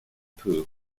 pugh